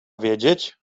wiedzieć